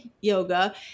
yoga